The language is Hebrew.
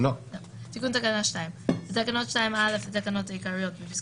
זה לא פשוט, זו התעסקות שהייתה מאוד